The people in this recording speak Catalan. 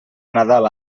nadal